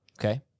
Okay